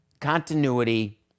continuity